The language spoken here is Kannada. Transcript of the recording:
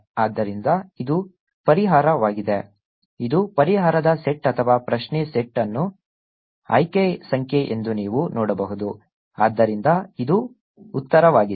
ಆದ್ದರಿಂದ ಇದು ಪರಿಹಾರವಾಗಿದೆ ಇದು ಪರಿಹಾರದ ಸೆಟ್ ಅಥವಾ ಪ್ರಶ್ನೆ ಸೆಟ್ನ ಆಯ್ಕೆ ಸಂಖ್ಯೆ ಎಂದು ನೀವು ನೋಡಬಹುದು ಆದ್ದರಿಂದ ಇದು ಉತ್ತರವಾಗಿತ್ತು